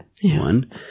one